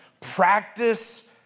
practice